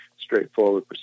Straightforward